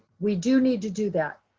we do need to do that.